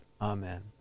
Amen